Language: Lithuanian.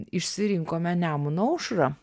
išsirinkome nemuno aušrą